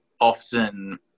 Often